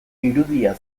irudia